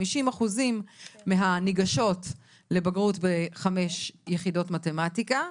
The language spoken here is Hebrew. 50% מהניגשות לבגרות בחמש יחידות מתמטיקה,